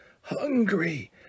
hungry